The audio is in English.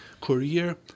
career